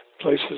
places